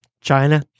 China